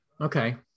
Okay